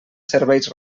serveis